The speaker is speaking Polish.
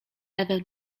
ewę